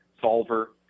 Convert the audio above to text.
solver